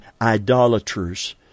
idolaters